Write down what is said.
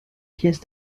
pièces